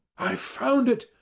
i've found it!